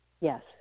Yes